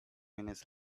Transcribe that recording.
minutes